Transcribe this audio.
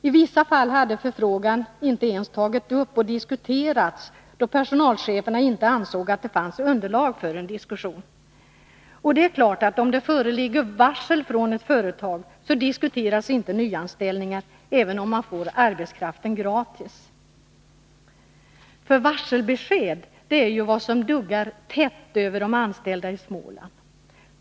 I vissa fall hade förfrågan inte ens tagits upp och diskuterats, då personalcheferna inte ansåg att det fanns underlag för en diskussion. Och det är klart att om det föreligger varsel från ett företag så diskuteras inte nyanställningar, även om arbetskraften är gratis. Varselbesked duggar tätt över de anställda i Småland.